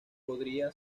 podría